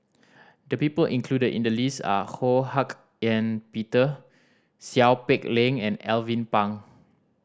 the people included in the list are Ho Hak Ean Peter Seow Peck Leng and Alvin Pang